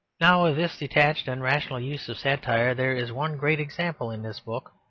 now of this detached and rational use of satire there is one great example in this book.